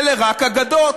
אלה רק אגדות.